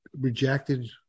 rejected